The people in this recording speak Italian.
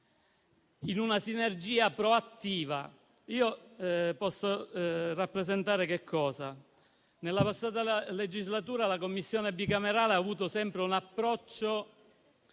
in una sinergia proattiva. Da parte mia, posso rappresentare che nella passata legislatura la Commissione bicamerale ha avuto un approccio